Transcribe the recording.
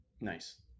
Nice